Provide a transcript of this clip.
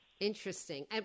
Interesting